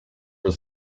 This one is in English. was